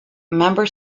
member